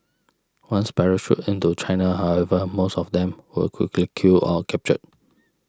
once parachuted into China however most of them were quickly killed or captured